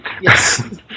Yes